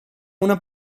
una